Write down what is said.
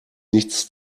nichts